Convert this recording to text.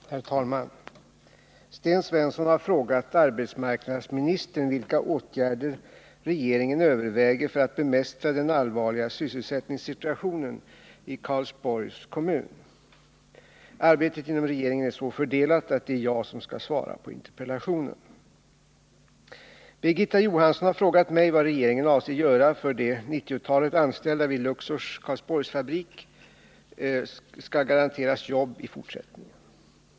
Herr talman! Sten Svensson har frågat arbetsmarknadsministern vilka åtgärder regeringen överväger för att bemästra den allvarliga sysselsättningssituationen i Karlsborgs kommun. Arbetet inom regeringen är så fördelat att det är jag som skall svara på interpellationen.